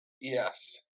Yes